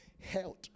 held